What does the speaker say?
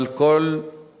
אבל אנחנו